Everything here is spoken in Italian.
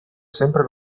sempre